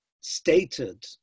stated